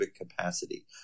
capacity